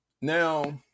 Now